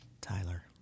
Tyler